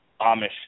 amish